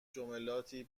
جملاتی